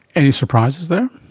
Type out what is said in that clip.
any surprises there?